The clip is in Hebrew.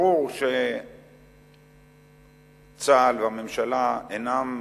ברור שצה"ל והממשלה אינם